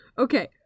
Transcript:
okay